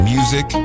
Music